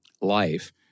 life